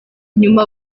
nyuma